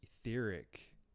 etheric